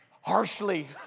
harshly